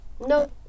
No